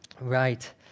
Right